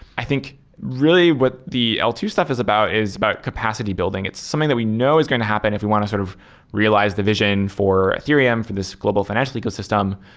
i think really what the l two stuff is about is about capacity building. it's something that we know is going to happen if we want to sort of realize the vision for ethereum from this global financial ecosystem,